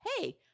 hey